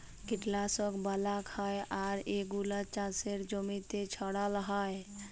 কীটলাশক ব্যলাক হ্যয় আর এগুলা চাসের জমিতে ছড়াল হ্য়য়